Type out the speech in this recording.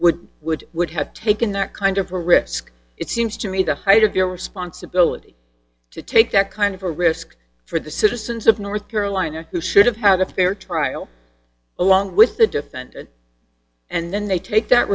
would would would have taken that kind of a risk it seems to me the height of your responsibility to take that kind of a risk for the citizens of north carolina who should have had a fair trial along with the defendant and then they take that